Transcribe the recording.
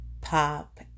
pop